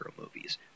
movies